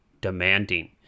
demanding